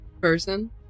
person